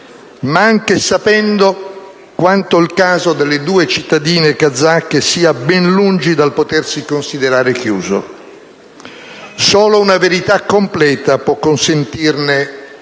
Ma anche sapendo quanto il caso delle due cittadine kazake sia ben lungi dal potersi considerare chiuso. Solo una verità completa può consentirne